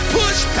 push